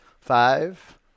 Five